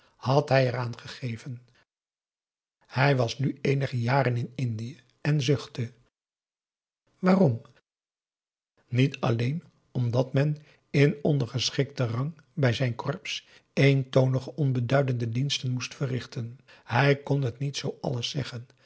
hij er aan gegeven hij was nu eenige jaren in indië en zuchtte waarom niet alleen omdat men in ondergeschikten rang bij zijn corps eentonige onbeduidende diensten moest verrichten hij kon het niet zoo alles zeggen